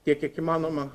tiek kiek įmanoma